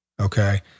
Okay